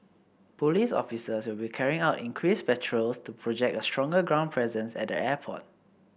police officers will be carrying out increased patrols to project a stronger ground presence at the airport